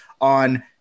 on